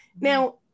Now